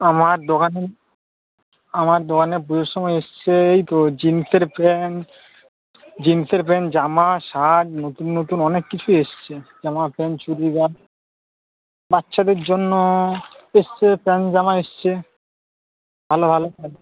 আমার দোকানে আমার দোকানে পুজোর সময় এসছে এই তো জিন্সের প্যান্ট জিন্সের প্যান্ট জামা শার্ট নতুন নতুন অনেক কিছু এসচে জামা প্যান্ট চুড়িদার বাচ্চাদের জন্য এসছে প্যান্ট জামা এসছে ভালো ভালো